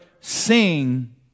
sing